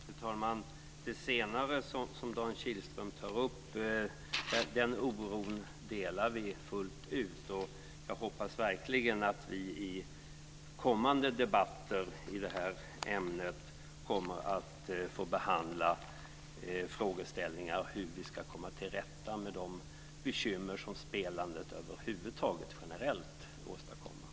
Fru talman! Det oro som Dan Kihlström tar upp delar vi fullt ut. Jag hoppas verkligen att vi i kommande debatter i det här ämnet får behandla frågeställningar om hur man ska komma till rätta med de bekymmer som spelande över huvud taget generellt åstadkommer.